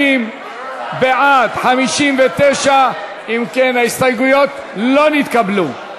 60, בעד, 59. אם כן, ההסתייגויות לא נתקבלו.